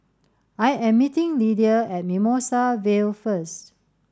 I am meeting Lidia at Mimosa Vale first